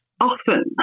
often